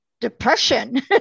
depression